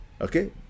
okay